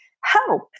help